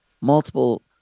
multiple